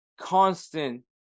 constant